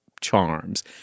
charms